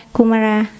Kumara